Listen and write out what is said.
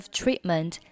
treatment